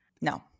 No